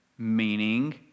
meaning